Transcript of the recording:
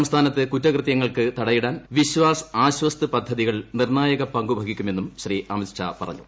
സംസ്ഥാനത്ത് കുറ്റകൃതൃങ്ങൾക്ക് തടയിടാൻ വിശ്വാസ് ആശ്വസ്ത് പദ്ധതികൾ നിർണായക് പങ്കുവഹിക്കുമെന്നും ശ്രീ അമിത് ഷാ പറഞ്ഞു